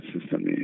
system